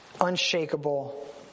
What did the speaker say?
unshakable